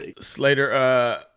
Slater